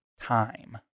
time